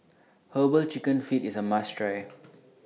Herbal Chicken Feet IS A must Try